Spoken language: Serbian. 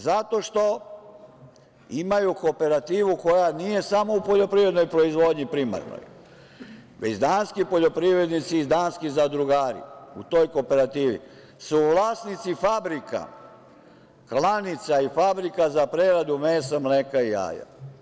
Zato što imaju kooperativu koja nije samo u poljoprivrednoj primarnoj proizvodnji, već danski poljoprivrednici i danski zadrugari u toj kooperativi su vlasnici fabrika, klanica i fabrika za preradu mesa, mleka i jaja.